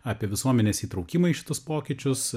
apie visuomenės įtraukimą į šitus pokyčius